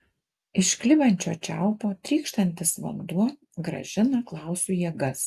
iš klibančio čiaupo trykštantis vanduo grąžina klausui jėgas